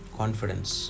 confidence